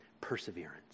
Perseverance